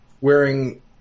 wearing